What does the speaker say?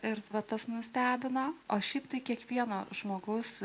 ir bet tas nustebino o šiaip tai kiekvieno žmogaus